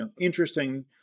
interesting